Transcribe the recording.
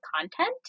content